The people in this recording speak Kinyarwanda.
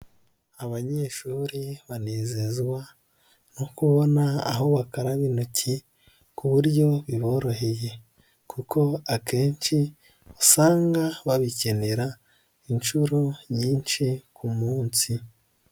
Abanyeshuri banezezwa no kubona aho bakarabira intoki ku buryo biboroheye, kuko akenshi usanga babikenera inshuro nyinshi ku munsi.